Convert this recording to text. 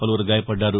పలువురు గాయపడ్డారు